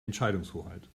entscheidungshoheit